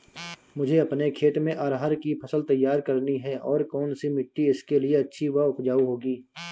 मुझे अपने खेत में अरहर की फसल तैयार करनी है और कौन सी मिट्टी इसके लिए अच्छी व उपजाऊ होगी?